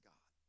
God